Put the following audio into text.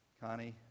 connie